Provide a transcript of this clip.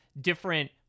different